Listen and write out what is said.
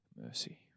mercy